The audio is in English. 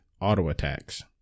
auto-attacks